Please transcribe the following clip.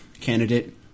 candidate